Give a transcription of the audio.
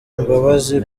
imbabazi